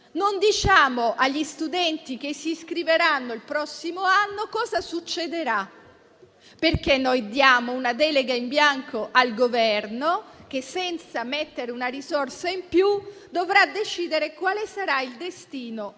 Non diciamo agli studenti che si iscriveranno il prossimo anno cosa succederà. Diamo infatti una delega in bianco al Governo che, senza mettere una risorsa in più, dovrà decidere quale sarà il destino